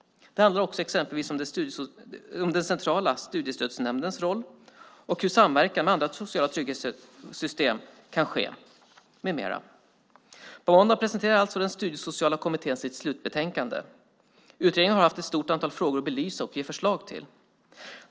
Det handlar också om Centrala studiestödsnämndens roll och om hur samverkan med andra sociala trygghetssystem kan ske med mera. På måndag presenterar alltså Studiesociala kommittén sitt slutbetänkande. Kommittén har haft ett stort antal frågor att belysa och ge förslag till.